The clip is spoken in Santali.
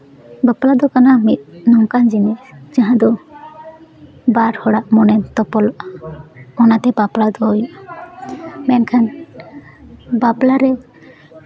ᱵᱟᱯᱞᱟ ᱫᱚ ᱠᱟᱱᱟ ᱢᱤᱫ ᱱᱚᱝᱠᱟᱱ ᱡᱤᱱᱤᱥ ᱡᱟᱦᱟᱸ ᱫᱚ ᱵᱟᱨ ᱦᱚᱲᱟᱜ ᱢᱚᱱᱮ ᱛᱚᱯᱚᱞᱚᱜᱼᱟ ᱚᱱᱟᱛᱮ ᱵᱟᱯᱞᱟ ᱫᱚ ᱢᱮᱱᱠᱷᱟᱱ ᱵᱟᱯᱞᱟᱨᱮ